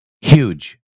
Huge